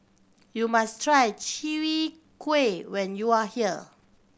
you must try Chwee Kueh when you are here